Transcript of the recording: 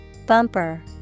Bumper